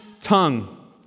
tongue